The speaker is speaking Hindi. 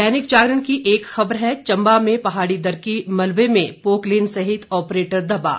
दैनिक जागरण की एक खबर है चंबा में पहाड़ी दरकी मलबे में पोकलेन सहित ऑपरेटर दबा